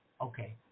Okay